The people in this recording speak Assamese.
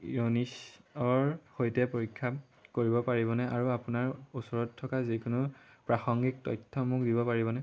ইউ নিচৰ সৈতে পৰীক্ষা কৰিব পাৰিবনে আৰু আপোনাৰ ওচৰত থকা যিকোনো প্ৰাসংগিক তথ্য মোক দিব পাৰিবনে